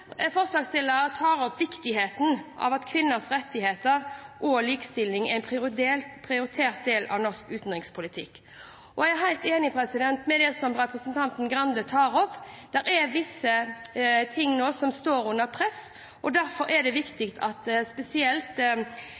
tar opp viktigheten av at kvinners rettigheter og likestilling er en prioritert del av norsk utenrikspolitikk. Jeg er helt enig i det som representanten Skei Grande tok opp, at det er visse ting som er under press nå. Derfor er det viktig at spesielt